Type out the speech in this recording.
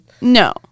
no